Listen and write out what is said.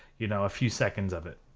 you know, a few seconds of it.